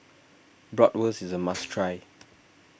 Bratwurst is a must try